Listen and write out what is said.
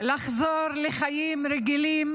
לחזור לחיים רגילים